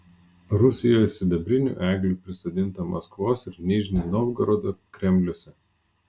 rusijoje sidabrinių eglių prisodinta maskvos ir nižnij novgorodo kremliuose